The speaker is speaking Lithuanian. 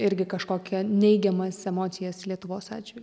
irgi kažkokią neigiamas emocijas lietuvos ačiū